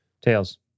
Tails